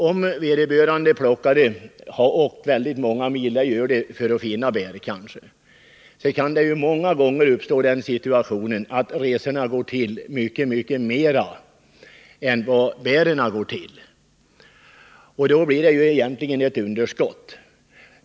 Om vederbörande plockare har åkt många mil — det gör de kanske för att finna bär — kostar resan ofta mycket mera än vad bären är värda, varför det egentligen blir underskott.